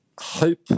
hope